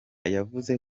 yavuze